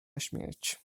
śmierć